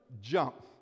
jump